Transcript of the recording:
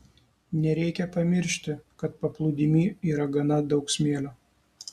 nereikia pamiršti kad paplūdimy yra gana daug smėlio